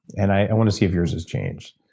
and i want to see if yours has changed.